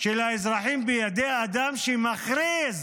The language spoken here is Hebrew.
של האזרחים בידי אדם שמכריז